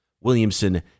Williamson